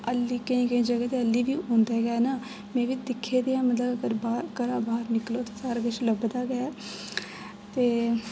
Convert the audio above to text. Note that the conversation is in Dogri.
ऐल्ली केईं केईं जगह् ते ऐल्ली बी औंदे गै न में बी दिक्खे दे एह् मतलब अगर बाहर की घर दा बाहर निकलो ते सारा किश लभदा गै ऐ ते